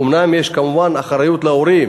אומנם יש כמובן אחריות להורים,